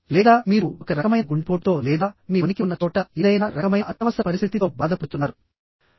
లేదా మీరు ఒక రకమైన గుండెపోటుతో లేదా మీ ఉనికి ఉన్న చోట ఏదైనా రకమైన అత్యవసర పరిస్థితితో బాధపడుతున్నారు